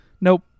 nope